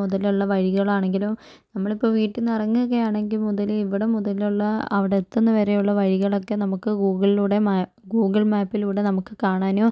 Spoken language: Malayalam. മുതലുള്ള വഴികളാണെങ്കിലും നമ്മള് ഇപ്പം വീട്ടിൽ നിന്ന് ഇറങ്ങുകയാണെങ്കില് മുതല് ഇവിടം മുതലുള്ള അവിടെ എത്തുന്ന വരെയുള്ള വഴികളൊക്കെ നമ്മക്ക് ഗൂഗിളിലൂടെ മാപ് ഗൂഗിള് മാപിലൂടെ നമുക്ക് കാണാനും